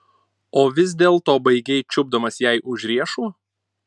o vis dėlto baigei čiupdamas jai už riešų